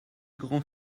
grands